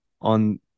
on